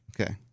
Okay